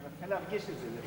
אני מתחיל להרגיש את זה.